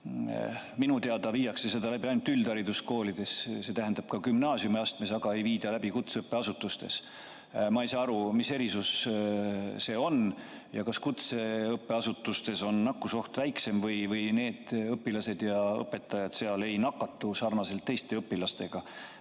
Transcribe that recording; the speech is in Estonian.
Minu teada viiakse seda läbi ainult üldhariduskoolides, st ka gümnaasiumiastmes, aga ei viida läbi kutseõppeasutustes. Ma ei saa aru, mis erisus see on. Kas kutseõppeasutustes on nakkusoht väiksem või need õpilased ja õpetajad seal ei nakatu sarnaselt teiste õpilastega?